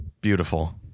Beautiful